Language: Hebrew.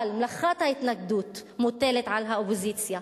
אבל מלאכת ההתנגדות מוטלת על האופוזיציה.